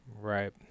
Right